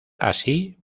así